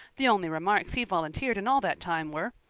the only remarks he volunteered in all that time were,